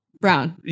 Brown